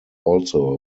also